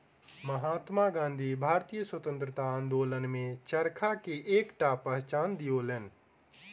महात्मा गाँधी भारतीय स्वतंत्रता आंदोलन में चरखा के एकटा पहचान दियौलैन